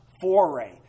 foray